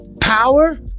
power